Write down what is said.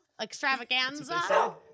extravaganza